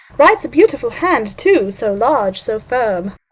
writes a beautiful hand, too, so large, so firm.